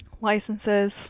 licenses